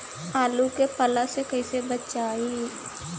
आलु के पाला से कईसे बचाईब?